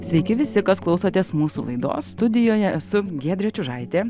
sveiki visi kas klausotės mūsų laidos studijoje esu giedrė čiužaitė